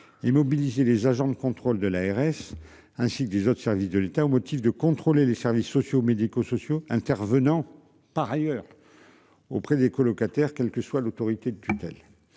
Immobiliser les agents de contrôle de l'ARS, ainsi que des autres services de l'État au motif de contrôler les services sociaux médico-sociaux sociaux intervenant par ailleurs. Auprès des colocataires, quelle que soit l'autorité de tutelle.